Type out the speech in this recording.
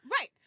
Right